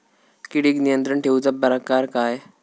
किडिक नियंत्रण ठेवुचा प्रकार काय?